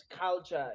culture